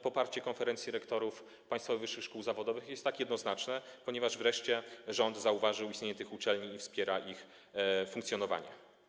Poparcie Konferencji Rektorów Państwowych Wyższych Szkół Zawodowych też jest tak jednoznaczne, ponieważ wreszcie rząd zauważył istnienie tych uczelni i wspiera ich funkcjonowanie.